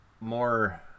more